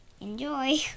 enjoy